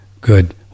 good